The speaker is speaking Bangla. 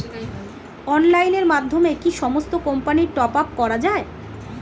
অনলাইনের মাধ্যমে কি সমস্ত কোম্পানির টপ আপ করা যায়?